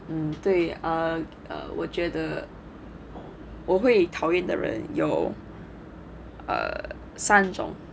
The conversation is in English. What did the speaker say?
um 对啊我觉得我会讨厌的人有 err 三种